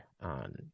on